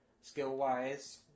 skill-wise